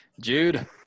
Jude